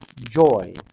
joy